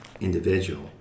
individual